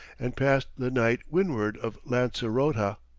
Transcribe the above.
and passed the night windward of lancerota.